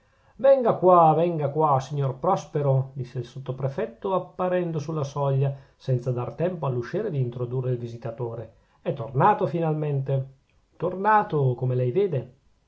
venga qua venga qua signor prospero disse il sottoprefetto apparendo sulla soglia senza dar tempo all'usciere di introdurre il visitatore è tornato finalmente tornato come lei vede